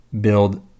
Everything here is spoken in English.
build